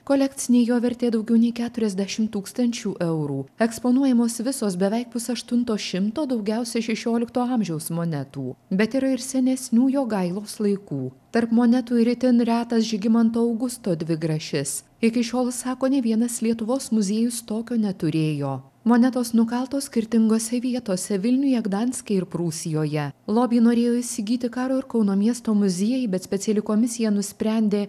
kolekcinė jo vertė daugiau nei keturiasdešim tūkstančių eurų eksponuojamos visos beveik pusaštunto šimto daugiausia šešiolikto amžiaus monetų bet yra ir senesnių jogailos laikų tarp monetų ir itin retas žygimanto augusto dvigrašis iki šiol sako nė vienas lietuvos muziejus tokio neturėjo monetos nukaltos skirtingose vietose vilniuje gdanske ir prūsijoje lobį norėjo įsigyti karo ir kauno miesto muziejai bet speciali komisija nusprendė